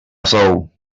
sou